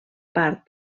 part